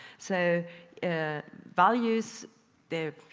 so values they're,